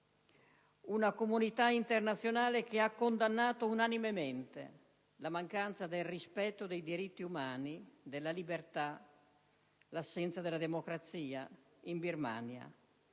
La comunità internazionale ha condannato unanimemente la mancanza del rispetto dei diritti umani, della libertà e l'assenza della democrazia in Birmania.